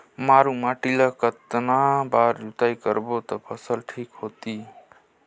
मारू माटी ला कतना बार जुताई करबो ता फसल ठीक होती?